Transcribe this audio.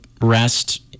rest